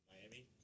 Miami